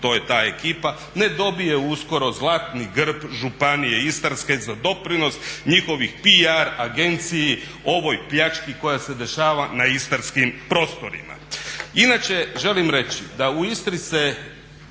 to je ta ekipa, ne dobije uskoro zlatni grb Županije istarske za doprinos njihovih PR agenciji o ovoj pljački koja se dešava na istarskim prostorima. Inače želim reći da u Istri se